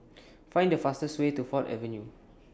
Find The fastest Way to Ford Avenue